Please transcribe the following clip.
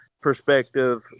perspective